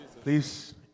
Please